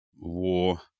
war